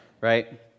right